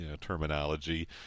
terminology